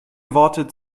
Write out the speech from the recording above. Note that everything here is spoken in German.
wort